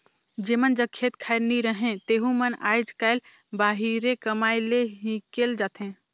जेमन जग खेत खाएर नी रहें तेहू मन आएज काएल बाहिरे कमाए ले हिकेल जाथें